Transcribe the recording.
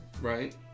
Right